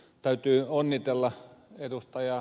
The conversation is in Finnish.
täytyy onnitella ed